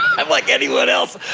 i'm like anyone else.